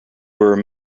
were